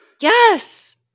yes